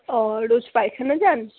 ও রোজ পায়খানা যান